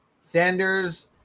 Sanders